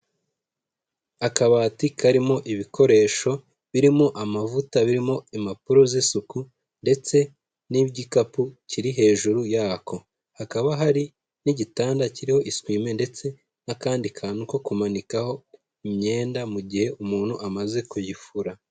Akabati karimo ibikoresho birimo amavuta, birimo impapuro z'isuku ndetse n'igikapu kiri hejuru yako, hakaba hari n'igitanda kiriho iswime ndetse n'akandi kantu ko kumanikaho imyenda mu gihe umuntu amaze kuyifura.